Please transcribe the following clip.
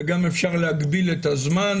וגם אפשר להגביל את הזמן,